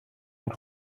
els